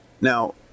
now